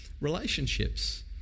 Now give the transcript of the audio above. Relationships